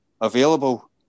available